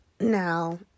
Now